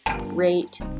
rate